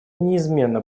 неизменно